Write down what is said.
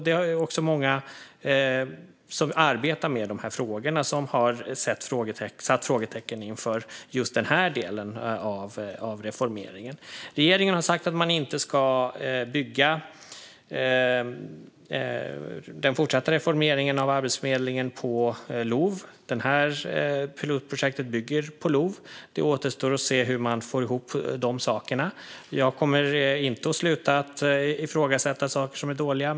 Det är också många som arbetar med de här frågorna som har satt frågetecken inför just den här delen av reformeringen. Regeringen har sagt att man inte ska bygga den fortsatta reformeringen av Arbetsförmedlingen på LOV. Det här pilotprojektet bygger på LOV. Det återstår att se hur man får ihop de sakerna. Jag kommer inte att sluta att ifrågasätta saker som är dåliga.